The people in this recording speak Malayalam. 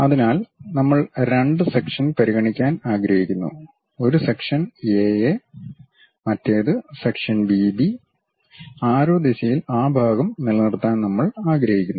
അതിനാൽ നമ്മൾ രണ്ട് സെക്ഷൻ പരിഗണിക്കാൻ ആഗ്രഹിക്കുന്നു ഒരു സെക്ഷൻ എ എ മറ്റേത് സെക്ഷൻ ബി ബി ആരോ ദിശയിൽ ആ ഭാഗം നിലനിർത്താൻ നമ്മൾ ആഗ്രഹിക്കുന്നു